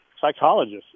psychologist